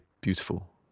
beautiful